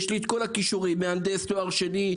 יש לי את כל הכישורים, מהנדס תואר שני.